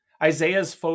Isaiah's